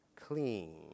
clean